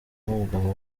n’umugabo